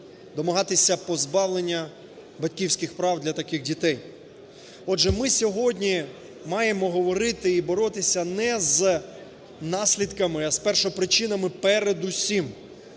домагатися позбавлення батьківських прав для таких дітей. Отже, ми сьогодні маємо говорити і боротися не з наслідками, а з першопричинами передусім.